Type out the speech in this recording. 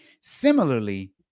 Similarly